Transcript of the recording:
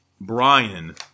Brian